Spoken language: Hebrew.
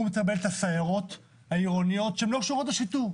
מטפלת בסיירות העירוניות שלא קשורות לשיטור,